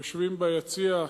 היושבים ביציע,